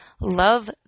love